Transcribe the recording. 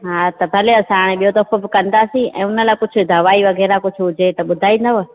हा त भले असां ॿियो दफ़ो बि कंदासीं ऐं हुन लाइ कुझु दवाई वग़ैरह कुझु हुजे त ॿुधाईंदव